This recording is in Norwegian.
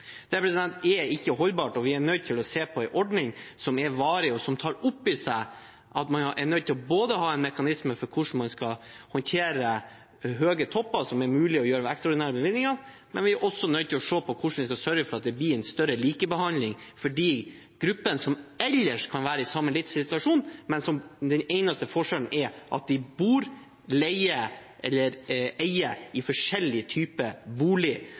Det er ikke holdbart, og vi er nødt til å se på en ordning som er varig, og som tar opp i seg at man er nødt til å ha en mekanisme for hvordan man skal håndtere høye topper, noe som det er mulig å gjøre ved ekstraordinære bevilgninger. Vi er også nødt til å se på hvordan vi skal sørge for at det blir større likebehandling av de gruppene som ellers kan være i samme livssituasjon, men der den eneste forskjellen er at de bor i, leier eller eier, forskjellige typer bolig